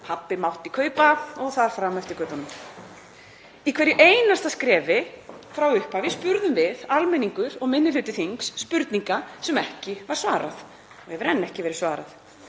pabbi mátti kaupa og þar fram eftir götunum. Í hverju einasta skrefi frá upphafi spurðum við, almenningur og minni hluti þings, spurninga sem ekki var svarað og hefur enn ekki verið svarað